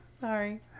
Sorry